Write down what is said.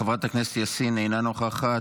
חברת הכנסת יאסין, אינה נוכחת.